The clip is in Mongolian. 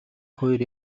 хоёр